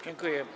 Dziękuję.